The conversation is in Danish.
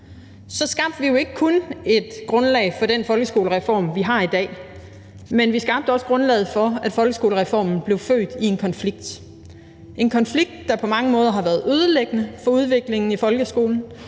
– skabte vi ikke kun grundlaget for den folkeskole, vi har i dag. Vi skabte også grundlaget for, at folkeskolereformen blev født i en konflikt, en konflikt, der på mange måder har været ødelæggende for udviklingen i folkeskolen,